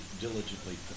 diligently